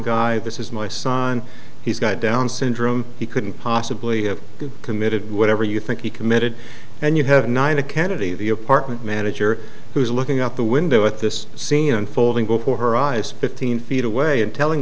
guy this is my son he's got down syndrome he couldn't possibly have committed whatever you think he committed and you have nine a kennedy the apartment manager who's looking out the window at this scene unfolding before her eyes fifteen feet away and telling